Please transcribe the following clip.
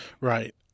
Right